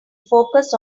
focus